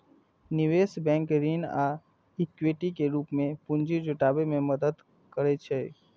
निवेश बैंक ऋण आ इक्विटी के रूप मे पूंजी जुटाबै मे मदति करै छै